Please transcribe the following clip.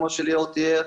כמו שליאור תיאר,